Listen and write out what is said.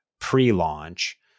pre-launch